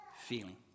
feeling